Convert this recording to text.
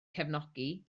cefnogi